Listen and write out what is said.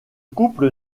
couple